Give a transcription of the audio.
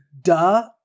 duh